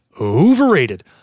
Overrated